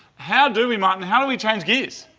how do we, martin, how do we change gears?